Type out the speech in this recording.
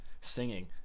singing